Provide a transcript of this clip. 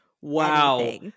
Wow